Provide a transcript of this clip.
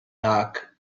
dock